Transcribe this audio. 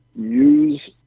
use